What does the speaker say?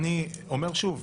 אני אומר שוב,